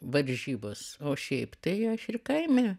varžybos o šiaip tai aš ir kaime